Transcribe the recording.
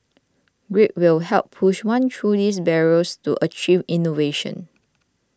grit will help push one through these barriers to achieve innovation